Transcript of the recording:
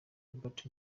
robert